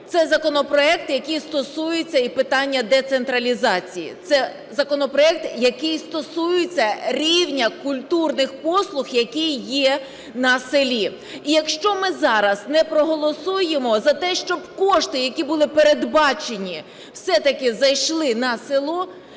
Це законопроект, який стосується і питання децентралізації, це законопроект, який стосується рівня культурних послуг, які є на селі. І якщо ми зараз не проголосуємо за те, щоб кошти, які були передбачені, все-таки зайшли на село,